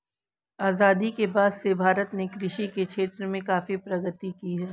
आजादी के बाद से भारत ने कृषि के क्षेत्र में काफी प्रगति की है